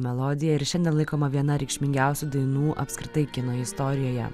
melodija ir šiandien laikoma viena reikšmingiausių dainų apskritai kino istorijoje